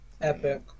Epic